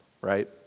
right